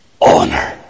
Honor